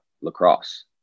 lacrosse